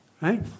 Right